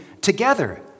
together